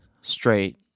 straight